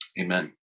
Amen